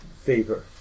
favor